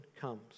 comes